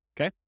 okay